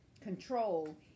control